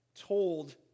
told